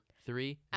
three